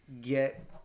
get